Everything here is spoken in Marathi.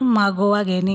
मागोवा घेणे